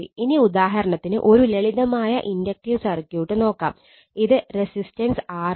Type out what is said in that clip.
ഇനി ഉദാഹരണത്തിന് ഒരു ലളിതമായ ഇൻഡക്റ്റീവ് സർക്യൂട്ട് നോക്കാം ഇത് റെസിസ്റ്റൻസ് R ആണ്